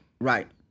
right